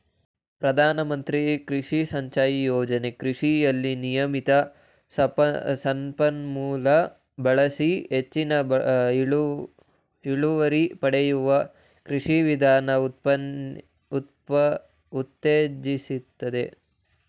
ಪ್ರಧಾನಮಂತ್ರಿ ಕೃಷಿ ಸಿಂಚಾಯಿ ಯೋಜನೆ ಕೃಷಿಯಲ್ಲಿ ನಿಯಮಿತ ಸಂಪನ್ಮೂಲ ಬಳಸಿ ಹೆಚ್ಚಿನ ಇಳುವರಿ ಪಡೆಯುವ ಕೃಷಿ ವಿಧಾನ ಉತ್ತೇಜಿಸ್ತದೆ